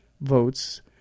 votes